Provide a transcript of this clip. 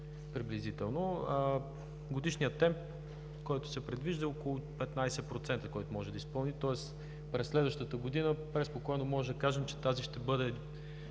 средствата. Годишният темп, който се предвижда, е около 15%, който може да изпълни – тоест през следващата година преспокойно можем да кажем, че тази ще бъде